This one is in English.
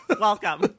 Welcome